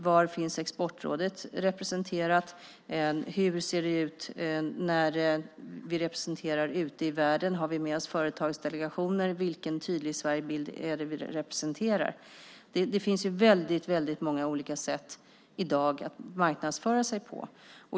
Var finns Exportrådet representerat? Hur ser det ut när vi representerar ute i världen? Har vi med oss företagsdelegationer? Vilken tydlig Sverigebild är det vi representerar? Det finns i dag väldigt många olika sätt att marknadsföra sig på.